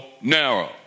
narrow